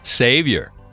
Savior